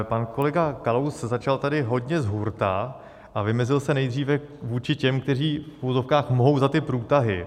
Pan kolega Kalous začal tady hodně zhurta a vymezil se nejdříve vůči těm, kteří, v uvozovkách, mohou za ty průtahy.